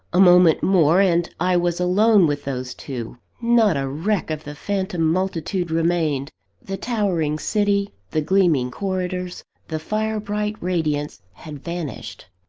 a moment more! and i was alone with those two. not a wreck of the phantom-multitude remained the towering city, the gleaming corridors, the fire-bright radiance had vanished.